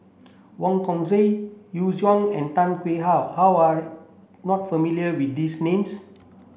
Wong Kan Seng Yu Zhuye and Tan Tarn How how are not familiar with these names